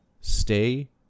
stay